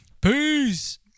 Peace